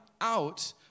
out